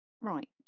right